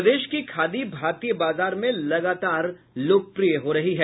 प्रदेश की खादी भारतीय बाजार में लगातार लोकप्रीय हो रही है